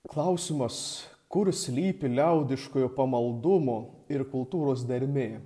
klausimas kur slypi liaudiškojo pamaldumo ir kultūros dermė